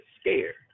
scared